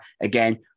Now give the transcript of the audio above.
again